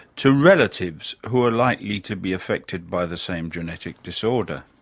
to relatives who are likely to be affected by the same genetic disorder.